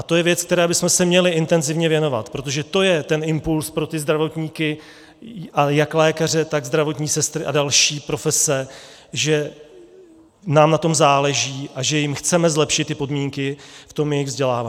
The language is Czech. To je věc, které bychom se měli intenzivně věnovat, protože to je ten impuls pro ty zdravotníky, jak lékaře, tak zdravotní sestry a další profese, že nám na tom záleží a že jim chceme zlepšit podmínky v jejich vzdělávání.